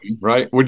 right